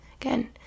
again